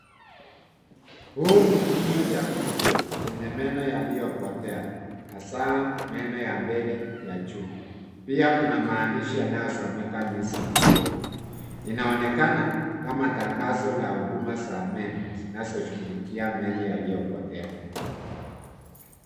Huu ni kinywa cha mtu, chenye meno yaliyopotea, hasa meno ya mbele ya juu. Pia kuna maandishi yanayosomeka missing teeth . Inaonekana kama tangazo la huduma za meno zinazoshughulikia meno yaliyopotea.